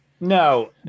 No